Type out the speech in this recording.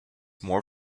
more